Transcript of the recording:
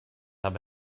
habe